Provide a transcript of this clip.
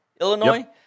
Illinois